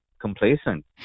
complacent